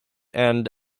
and